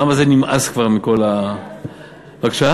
לעם הזה נמאס כבר מכל, בבקשה?